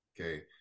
okay